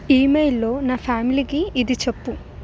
ఇమెయిల్లో నా ఫ్యామిలీకి ఇది చెప్పు